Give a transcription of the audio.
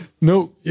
No